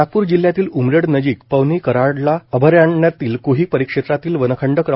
नागपूर जिल्ह्यातील उमरेड नजीक पवनी कऱ्हाडला अभयारण्यातील क्ही परिक्षेत्रातील वनखंड क्र